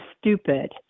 stupid